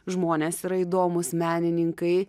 žmonės yra įdomūs menininkai